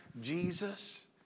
Jesus